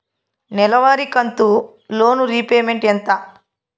నెలవారి కంతు loan repayment ఎంత?